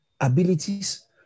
abilities